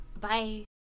Bye